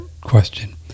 question